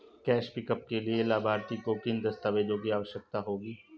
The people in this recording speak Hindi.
कैश पिकअप के लिए लाभार्थी को किन दस्तावेजों की आवश्यकता होगी?